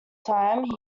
time